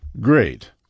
Great